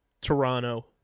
Toronto